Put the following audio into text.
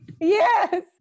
Yes